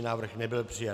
Návrh nebyl přijat.